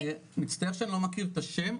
מצטער שאני לא מכיר את השם,